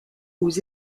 aux